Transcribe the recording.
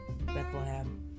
Bethlehem